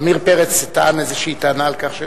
עמיר פרץ טען איזו טענה על כך,